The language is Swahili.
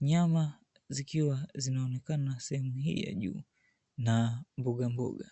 Nyama zikiwa zinaonekana sehemu hii ya juu na mboga mboga.